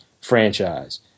franchise